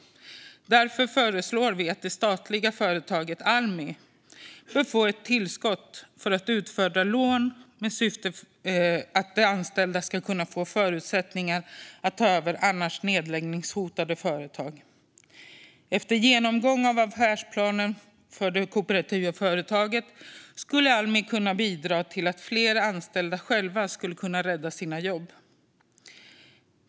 Därför föreslår vi att det statliga företaget Almi bör få ett tillskott för att utfärda lån i syfte att de anställda ska kunna få förutsättningar att ta över annars nedläggningshotade företag. Efter genomgång av affärsplanen för det kooperativa företaget skulle Almi kunna bidra till att fler anställda själva kan rädda sina jobb.